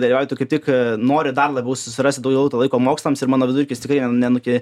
dalyvauji tu kaip tik nori dar labiau susirasti daugiau to laiko mokslams ir mano vidurkis tikrai nenu nenuke